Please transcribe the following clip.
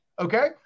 okay